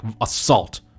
assault